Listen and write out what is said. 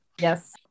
Yes